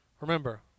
Remember